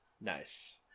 nice